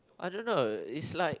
I don't know it's like